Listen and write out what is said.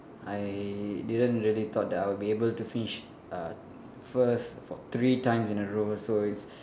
I didn't really thought that I would be able to finish uh first three times in a row so it's